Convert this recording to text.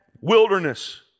wilderness